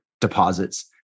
deposits